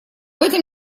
этом